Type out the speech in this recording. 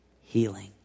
healing